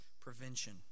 Prevention